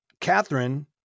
Catherine